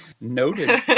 noted